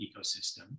Ecosystem